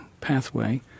pathway